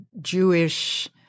Jewish